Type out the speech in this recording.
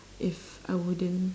if I wouldn't